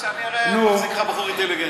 רק שנייה, אני הרי מחזיק ממך בחור אינטליגנטי.